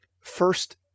first